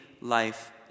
life